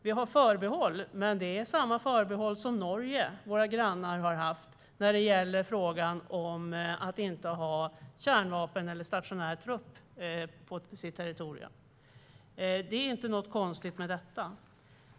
Vi har förbehåll, men det är samma förbehåll som Norge, våra grannar, har haft i frågan om att inte ha kärnvapen eller stationär trupp på sitt territorium. Det är inte något konstigt med detta.